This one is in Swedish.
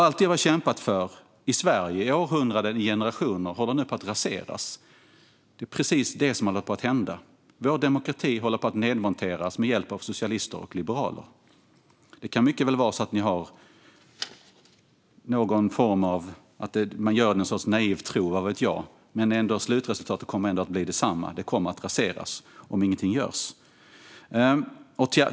Allt det vi har kämpat för i Sverige i århundraden, i generationer, håller nu på att raseras. Det är precis det som håller på att hända. Vår demokrati håller på att nedmonteras med hjälp av socialister och liberaler. Det kan mycket väl vara så att ni gör det av något slags naiv tro. Vad vet jag. Men slutresultatet kommer ändå att bli detsamma. Det kommer att raseras om ingenting görs.